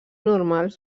normals